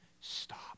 stop